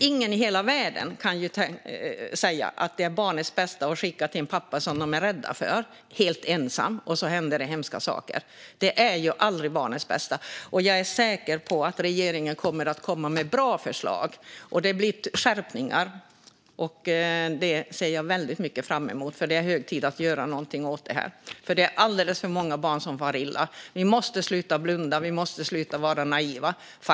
Ingen i hela världen kan säga att det är barnets bästa att bli skickad helt ensam till en pappa man är rädd för där det händer hemska saker. Jag är säker på att regeringen kommer att komma med bra förslag. Det blir skärpningar. Det ser jag väldigt mycket fram emot, för det är hög tid att göra något åt detta. Det är alldeles för många barn som far illa. Vi måste sluta blunda. Vi måste sluta vara naiva.